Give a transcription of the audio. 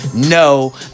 No